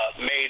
made